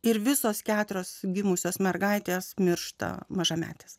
ir visos keturios gimusios mergaitės miršta mažametis